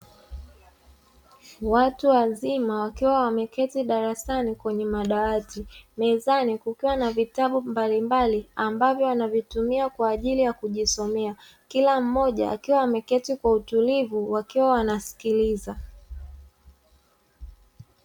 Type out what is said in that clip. Watu wazima wakiwa wameketi darasani kwenye madawati mezani kukiwa na vitabu mbalimbali ambavyo wanavitumia kwaajili ya kujisomea, kila mmoja akiwa ameketi kwa utulivu wakiwa wanasikiliza.